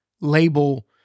label